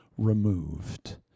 removed